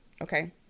okay